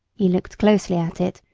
he looked closely at it,